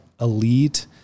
elite